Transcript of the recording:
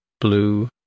blue